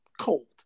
cold